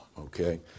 okay